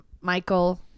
Michael